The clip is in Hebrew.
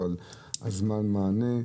על זמן מענה?